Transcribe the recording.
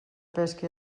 pesca